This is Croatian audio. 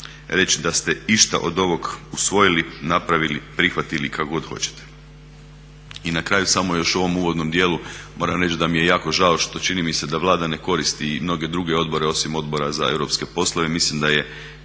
reći da ste išta od ovog usvojili, napravili, prihvatili, kako god hoćete. I na kraju samo još u ovom uvodnom dijelu, moram reći da mi je jako žao što čini mi se da Vlada ne koristi mnoge druge odbore osim Odbora za europske poslove. Mislim da je